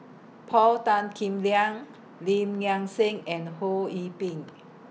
Paul Tan Kim Liang Lim Nang Seng and Ho Yee Ping